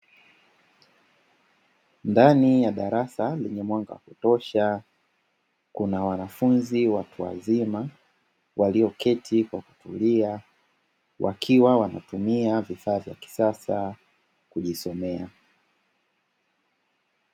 Ndani ya darasa lenye mwanga wa kutosha kuna wanafunzi watu wazima, walioketi kwa kutulia wakiwa wanatumia vifaa vya kisasa kujisomea.